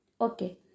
Okay